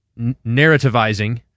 narrativizing